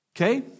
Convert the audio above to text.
Okay